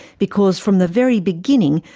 because from the very beginning,